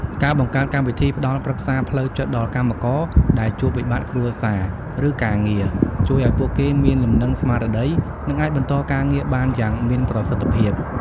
ការបង្កើតកម្មវិធីផ្តល់ប្រឹក្សាផ្លូវចិត្តដល់កម្មករដែលជួបវិបត្តិគ្រួសារ ឬការងារ ជួយឱ្យពួកគេមានលំនឹងស្មារតី និងអាចបន្តការងារបានយ៉ាងមានប្រសិទ្ធភាព។